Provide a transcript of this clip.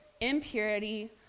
impurity